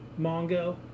Mongo